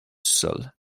sol